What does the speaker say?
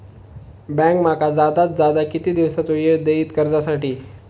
Bank माका जादात जादा किती दिवसाचो येळ देयीत कर्जासाठी?